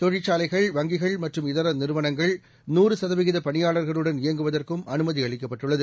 தொழிற்சாலைகள் வங்கிகள்மற்றும்இதரநிறுவனங்கள் நூறுசதவிகிதபணியாளர்களுடன்இயங்குவதற்கும்அனு மதிஅளிக்கப்பட்டுள்ளது